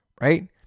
right